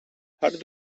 har